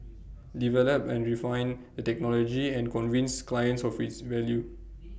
develop and refine the technology and convince clients of its value